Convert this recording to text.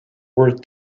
worth